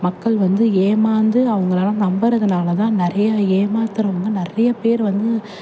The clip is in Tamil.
மக்கள் வந்து ஏமாந்து அவங்கள எல்லாம் நம்புகிறதுனால தான் நிறைய ஏமாத்துகிறவங்க நிறைய பேர் வந்து